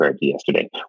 yesterday